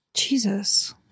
Jesus